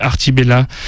Artibella